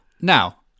Now